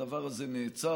הדבר הזה נעצר.